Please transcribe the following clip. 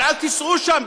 אבל אל תיסעו שם,